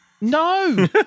No